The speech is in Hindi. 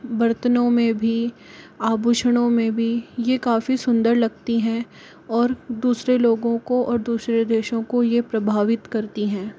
बर्तनों में भी आभूषणों में भी यह काफी सुंदर लगती हैं और दूसरे लोगों को और दूसरे देशों को यह प्रभावित करती हैं